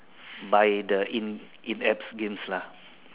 by the in in apps games lah